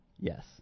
yes